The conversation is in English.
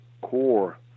core